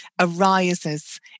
arises